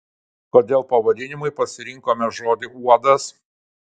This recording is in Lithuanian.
kodėl pavadinimui pasirinkome žodį uodas